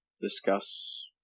discuss